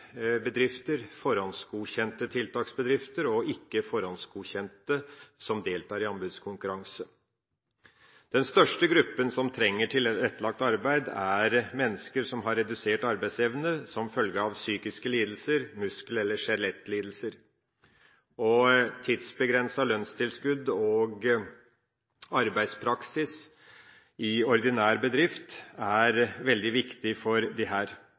bedrifter, forhåndsgodkjente og ikke-forhåndsgodkjente tiltaksbedrifter som deltar i anbudskonkurranse. Den største gruppen som trenger tilrettelagt arbeid, er mennesker som har redusert arbeidsevne som følge av psykiske lidelser, muskel- eller skjelettlidelser, og tidsbegrenset lønnstilskudd og arbeidspraksis i ordinær bedrift er veldig viktig for